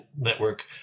Network